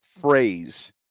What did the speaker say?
phrase